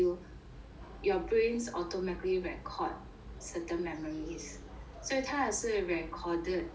your brains automatically record certain memories 所以他也是 recorded